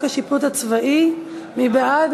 השיפוט הצבאי (תיקון מס' 71). מי בעד?